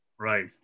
Right